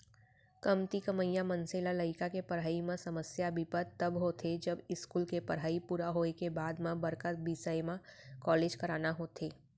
कमती कमइया मनसे ल लइका के पड़हई म समस्या बिपत तब होथे जब इस्कूल के पड़हई पूरा होए के बाद म बड़का बिसय म कॉलेज कराना होथे